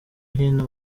hino